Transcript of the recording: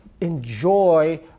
enjoy